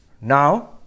Now